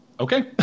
okay